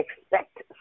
expect